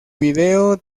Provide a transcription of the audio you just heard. video